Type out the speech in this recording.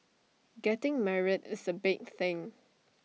getting married is A big thing